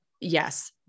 yes